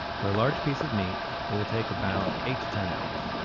for a large piece of meat it will take about eight to ten hours.